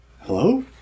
Hello